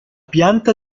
pianta